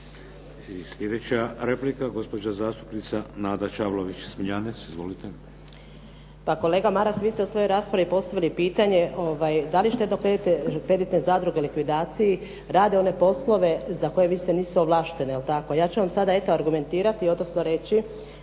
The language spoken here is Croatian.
Sljedeća replika, gospođa zastupnica Nada Čavlović Smiljanec. Izvolite. **Čavlović Smiljanec, Nada (SDP)** Pa kolega Maras, vi ste u svojoj raspravi postavili pitanje da li štedno-kreditne zadruge u likvidaciji rade one poslove za koje više nisu ovlaštene. Je li tako? Ja ću vam sada eto argumentirati, odnosno reći